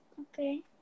okay